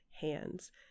hands